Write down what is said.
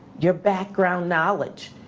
your background knowledge,